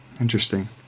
Interesting